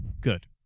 Good